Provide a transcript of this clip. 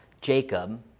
Jacob